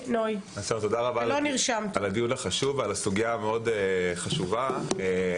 תודה רבה על הדיון החשוב ועל הסוגייה החשובה הזו.